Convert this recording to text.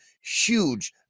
huge